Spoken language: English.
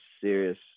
serious